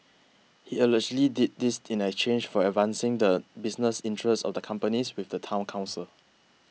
he allegedly did this in exchange for advancing the business interests of the companies with the Town Council